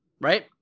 Right